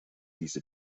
diese